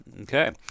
Okay